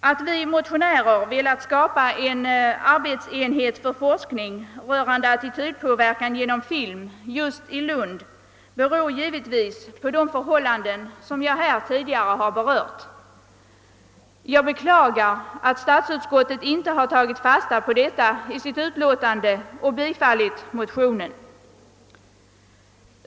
Att vi motionärer velat skapa en arbetsenhet för forskning rörande attitydpåverkan genom film just i Lund beror givetvis på de förhållanden som jag tidigare har berört. Jag beklagar att statsutskottet inte har tagit fasta på detta i sitt utlåtande och biträtt mo tionen.